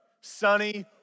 Sunny